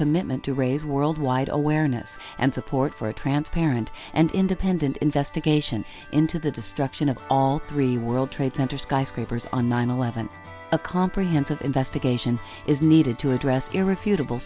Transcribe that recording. commitment to raise worldwide awareness and support for a transparent and independent investigation into the destruction of all three world trade center skyscrapers on nine eleven a comprehensive investigation is needed to address